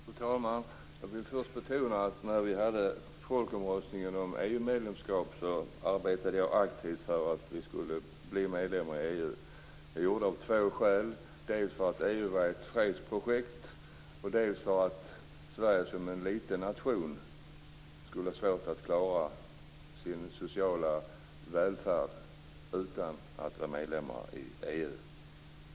Fru talman! Jag vill först betona att när det var folkomröstning om EU-medlemskapet arbetade jag aktivt för att vi skulle bli medlemmar i EU, och detta av två skäl: dels för att EU var ett fredsprojekt, dels för att Sverige som är en liten nation skulle ha svårt att klara sin sociala välfärd utan att vara medlem i EU.